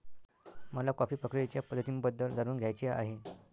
मला कॉफी प्रक्रियेच्या पद्धतींबद्दल जाणून घ्यायचे आहे